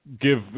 give